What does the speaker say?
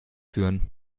führen